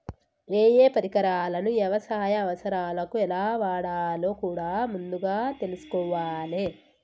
ఏయే పరికరాలను యవసాయ అవసరాలకు ఎలా వాడాలో కూడా ముందుగా తెల్సుకోవాలే